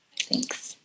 Thanks